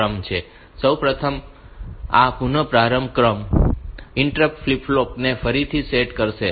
તેથી સૌ પ્રથમ આ પુનઃપ્રારંભ ક્રમ ઇન્ટરપ્ટ ફ્લિપ ફ્લોપ ને ફરીથી સેટ કરશે